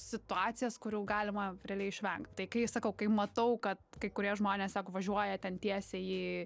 situacijas kurių galima realiai išvengt tai kai sakau kai matau kad kai kurie žmonės tiesiog važiuoja ten tiesiai į